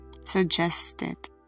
suggested